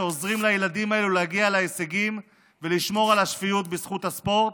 שעוזרים לילדים האלה להגיע להישגים ולשמור על השפיות בזכות הספורט.